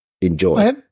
enjoy